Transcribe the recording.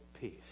peace